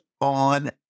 on